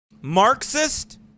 Marxist